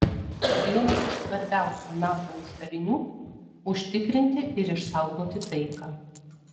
vienas iš svarbiausių nato uždavinių užtikrinti ir išsaugoti taiką